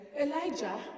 Elijah